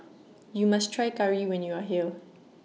YOU must Try Curry when YOU Are here